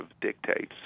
dictates